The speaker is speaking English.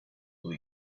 will